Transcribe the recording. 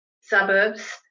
suburbs